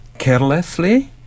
Carelessly